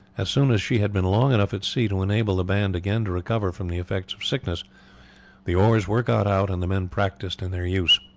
as soon as she had been long enough at sea to enable the band again to recover from the effects of sickness the oars were got out and the men practised in their use.